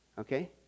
Okay